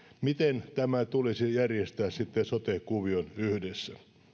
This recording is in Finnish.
miten tämä tulisi järjestää sitten sote kuvion yhteydessä